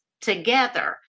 together